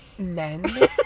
Men